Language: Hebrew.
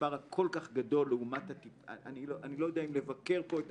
המספר הכל כך גדול לעומת --- אני לא יודע אם לבקר פה את